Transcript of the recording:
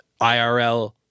IRL